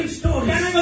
stories